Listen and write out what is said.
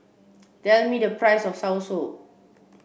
tell me the price of Soursop